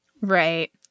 Right